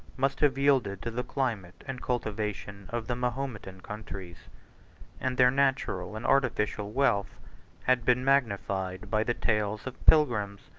must have yielded to the climate and cultivation of the mahometan countries and their natural and artificial wealth had been magnified by the tales of pilgrims,